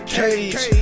cage